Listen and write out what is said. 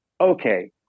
okay